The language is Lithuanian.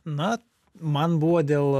na man buvo dėl